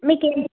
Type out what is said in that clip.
మీకు